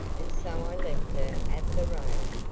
and so i left her at the rail-ah,